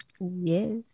Yes